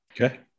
Okay